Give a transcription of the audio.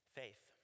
faith